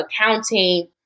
accounting